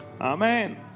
Amen